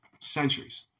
Centuries